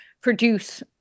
produce